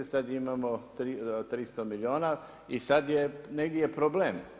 Sad imamo 300 milijuna i sad negdje je problem.